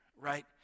right